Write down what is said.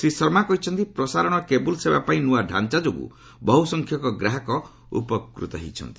ଶ୍ରୀ ଶର୍ମା କହିଛନ୍ତି ପ୍ରସାରଣ ଓ କେବୂଲ ସେବା ପାଇଁ ନ୍ତିଆ ତାଞ୍ଚା ଯୋଗୁଁ ବହୁ ସଂଖ୍ୟକ ଗ୍ରାହକ ଉପକୃତ ହୋଇଛନ୍ତି